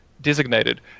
designated